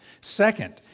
Second